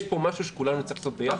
יש פה משהו שכולנו צריכים לעשות ביחד,